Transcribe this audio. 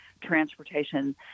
transportation